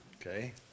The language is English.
Okay